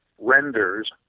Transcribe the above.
renders